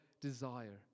desire